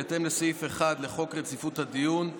בהתאם לסעיף 1 לחוק רציפות הדיון,